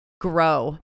grow